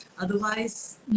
Otherwise